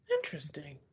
Interesting